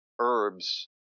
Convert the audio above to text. herbs